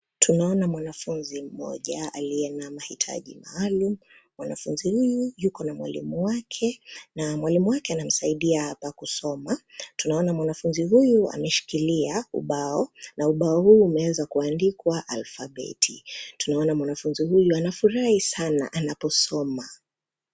Tunaona mwanafunzi mmoja aliye na mahitaji maalum, mwanafunzi huyu yuko na mwalimu wake, na mwalimu wake anamsaidia pa kusoma, tunaona mwanafunzi huyu ameshikilia, ubao, na ubao huu umeanza kuandikwa alfabeti, tunaona mwanafunzi huyu anafurahi sana anaposoma.